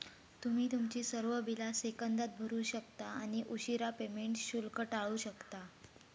तुम्ही तुमची सर्व बिला सेकंदात भरू शकता आणि उशीरा पेमेंट शुल्क टाळू शकता